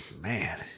man